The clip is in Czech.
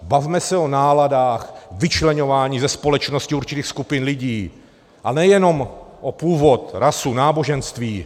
Bavme se o náladách, vyčleňování ze společnosti určitých skupin lidí, a nejenom o původ, rasu, náboženství.